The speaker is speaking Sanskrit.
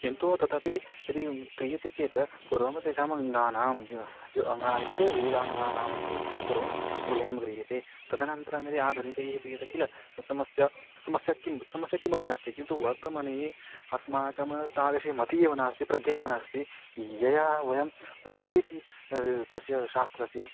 किन्तु ततपि यदि क्रियते चेत् पूर्वं तेषां ज्ञानां ज् जो अङ्गानां इत्युक्ते वेदाङ्गानामिति पूर्वम् अध्ययनं क्रियते तदनन्तरं यदि आधुनिकैः क्रियते किल तद् समस्या समस्या किं समस्या किमपि नास्ति किन्तु वर्तमाने अस्माकं तादृशी मतिः एव नास्ति प्रज्ञा एव नास्ति यया वयं झटिति तस्य शास्त्रस्य